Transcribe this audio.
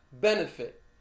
benefit